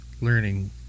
learning